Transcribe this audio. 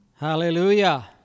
Hallelujah